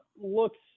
looks